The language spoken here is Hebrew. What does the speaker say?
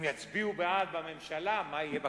אם יצביעו בעד בממשלה, מה יהיה בכנסת?